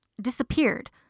disappeared